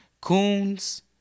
Coons